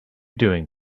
doing